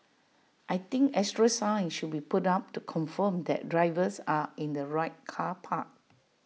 I think extra signs should be put up to confirm that drivers are in the right car park